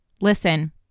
listen